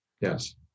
Yes